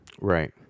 Right